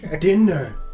Dinner